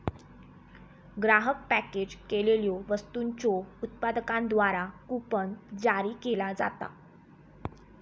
ग्राहक पॅकेज केलेल्यो वस्तूंच्यो उत्पादकांद्वारा कूपन जारी केला जाता